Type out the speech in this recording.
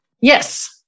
Yes